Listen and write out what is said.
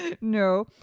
No